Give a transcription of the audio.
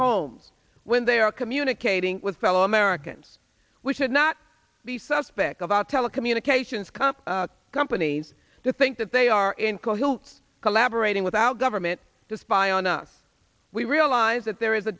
homes when they are communicating with fellow americans we should not be suspect of our telecommunications company companies to think that they are in cahoots collaborating with our government to spy on us we realize that there is a